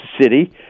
city